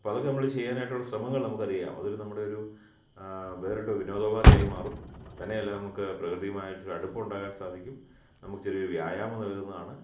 അപ്പോൾ അതൊക്കെ നമ്മൾ ചെയ്യാനായിട്ടുള്ള ശ്രമങ്ങൾ നമുക്കറിയാം അതുപോലെ നമ്മുടെയൊരു വേറിട്ട വിനോദോപാതിയായി മാറും തന്നെയല്ല നമുക്ക് പ്രകൃതിയുമായിട്ട് ഒരടുപ്പമുണ്ടാകാൻ സാധിക്കും നമുക്ക് ചെറിയൊരു വ്യയാമം നല്കുന്നതാണ്